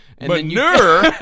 Manure